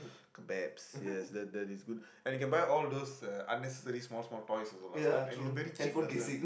kebabs yes that that is good and you can buy all those unnecessary small small toys also last time and is very cheap last time